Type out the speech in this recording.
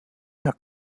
der